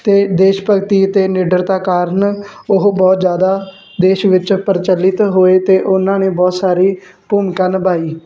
ਅਤੇ ਦੇਸ਼ ਭਗਤੀ ਅਤੇ ਨਿਡਰਤਾ ਕਾਰਨ ਉਹ ਬਹੁਤ ਜ਼ਿਆਦਾ ਦੇਸ਼ ਵਿੱਚ ਪ੍ਰਚਲਿਤ ਹੋਏ ਅਤੇ ਉਹਨਾਂ ਨੇ ਬਹੁਤ ਸਾਰੀ ਭੂਮਿਕਾ ਨਿਭਾਈ